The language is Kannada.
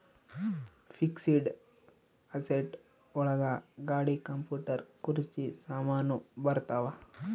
ಫಿಕ್ಸೆಡ್ ಅಸೆಟ್ ಒಳಗ ಗಾಡಿ ಕಂಪ್ಯೂಟರ್ ಕುರ್ಚಿ ಸಾಮಾನು ಬರತಾವ